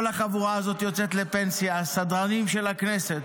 כל החבורה הזאת יוצאת לפנסיה, הסדרנים של הכנסת.